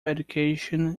education